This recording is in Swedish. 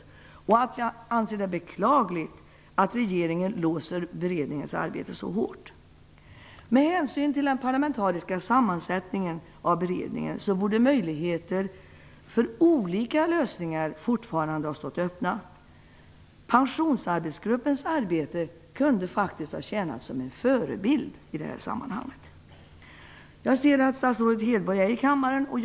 Vi säger också att vi anser att det är beklagligt att regeringen låser beredningens arbete så hårt. Med hänsyn till beredningens parlamentariska sammansättning borde möjligheter för olika lösningar fortfarande ha stått öppna. Pensionsarbetsgruppens arbete kunde faktiskt ha tjänat som en förebild i det här sammanhanget. Jag ser att statsrådet Anna Hedborg finns i kammaren nu.